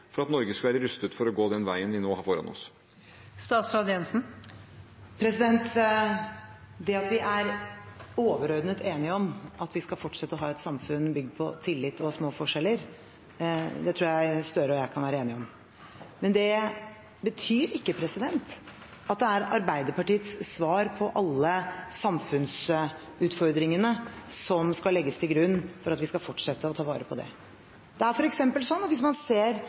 for at Norge skal være rustet til å gå den veien vi nå har foran oss? Det at vi overordnet er enige om at vi skal fortsette å ha et samfunn bygd på tillit og små forskjeller, tror jeg Gahr Støre og jeg kan være enige om. Men det betyr ikke at det er Arbeiderpartiets svar på alle samfunnsutfordringene som skal legges til grunn for at vi skal fortsette å ta vare på det. Det er f.eks. sånn at hvis man ser